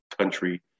country